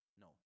No